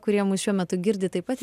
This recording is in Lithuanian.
kurie mus šiuo metu girdi taip pat